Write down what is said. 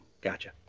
Gotcha